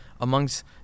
amongst